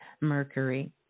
Mercury